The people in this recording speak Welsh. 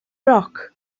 roc